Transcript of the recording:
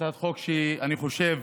הצעת חוק שאני חושב